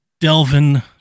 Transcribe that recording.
Delvin